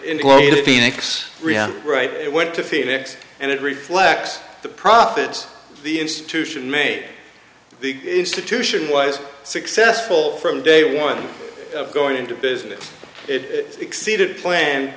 the phoenix right it went to phoenix and it reflects the profits the institution made big institution was successful from day one going into business it exceeded plan